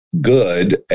good